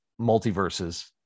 multiverses